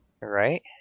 Right